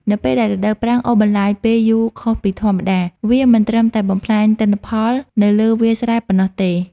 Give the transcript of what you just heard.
នៅពេលដែលរដូវប្រាំងអូសបន្លាយពេលយូរខុសពីធម្មតា វាមិនត្រឹមតែបំផ្លាញទិន្នផលនៅលើវាលស្រែប៉ុណ្ណោះទេ។